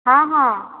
ହଁ ହଁ